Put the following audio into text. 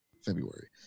February